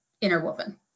interwoven